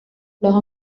بالاها